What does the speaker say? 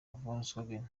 volkswagen